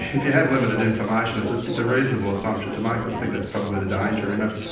if you have limited information it's ah it's a reasonable assumption to make, but i think that's probably the danger in it.